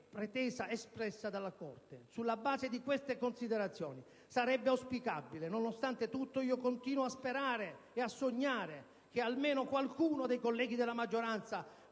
pretesa espressa dalla Corte. Sulla base di queste considerazioni sarebbe auspicabile - nonostante tutto io continuo a sperare ed a sognare - che almeno qualcuno dei colleghi della maggioranza